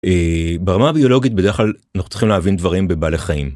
ברמה הביולוגית בדרך כלל אנחנו צריכים להבין דברים בבעלי חיים.